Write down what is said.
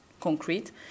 concrete